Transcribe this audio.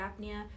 apnea